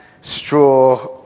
straw